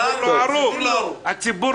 אתה ערוך, הציבור לא.